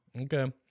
okay